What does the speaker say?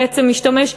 בעצם משתמש,